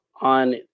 on